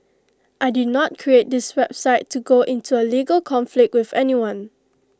I did not create this website to go into A legal conflict with anyone